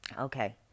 Okay